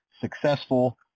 successful